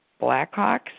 Blackhawks